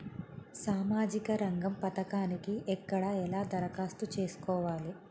సామాజిక రంగం పథకానికి ఎక్కడ ఎలా దరఖాస్తు చేసుకోవాలి?